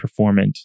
performant